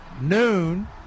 noon